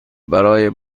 برای